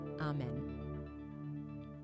Amen